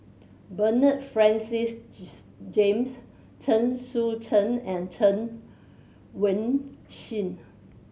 Bernard Francis James Chen Sucheng and Chen Wen Hsi